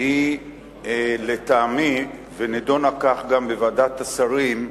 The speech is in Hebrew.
היא לטעמי, ונדונה כך בוועדת השרים,